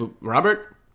Robert